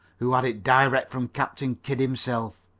who had it direct from captain kidd himself,